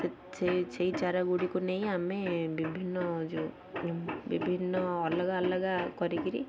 ସେ ସେଇ ଚାରା ଗୁଡ଼ିକୁ ନେଇ ଆମେ ବିଭିନ୍ନ ଯେଉଁ ବିଭିନ୍ନ ଅଲଗା ଅଲଗା କରିକିରି